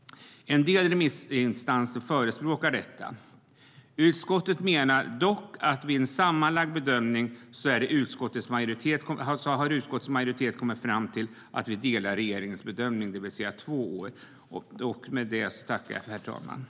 En del remissinstanser förespråkar en längre preskriptionstid. Utskottsmajoriteten har efter en sammanlagd bedömning kommit fram till att vi delar regeringens bedömning, det vill säga att preskriptionstiden ska vara två år.